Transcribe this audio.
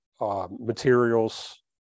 materials